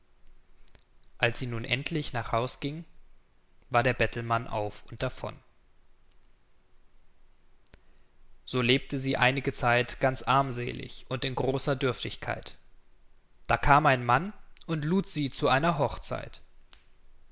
als sie nun endlich nach haus ging war der bettelmann auf und davon so lebte sie einige zeit ganz armselig und in großer dürftigkeit da kam ein mann und lud sie zu einer hochzeit